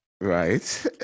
Right